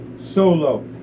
Solo